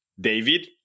David